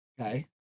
Okay